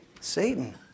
Satan